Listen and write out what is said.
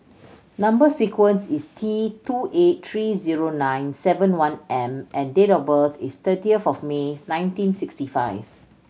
number sequence is T two eight three zero nine seven one M and date of birth is thirtieth of May nineteen sixty five